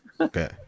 Okay